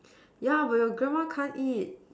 yeah but your grandma can't eat